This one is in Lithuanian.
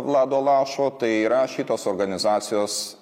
vlado lašo tai yra šitos organizacijos